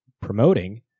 promoting